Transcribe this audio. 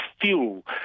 fuel